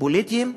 פוליטיים,